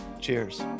cheers